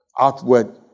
outward